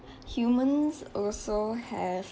humans also have